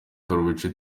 karrueche